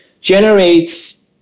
generates